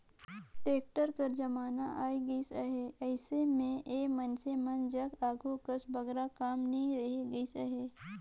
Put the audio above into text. tractor कर जमाना आए गइस अहे, अइसे मे ए मइनसे मन जग आघु कस बगरा काम नी रहि गइस अहे